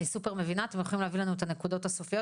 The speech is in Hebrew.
אתם יכולים להביא לנו את הנקודות הסופיות,